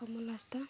ᱠᱚᱢᱚᱞ ᱦᱟᱸᱥᱫᱟ